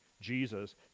jesus